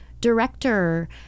director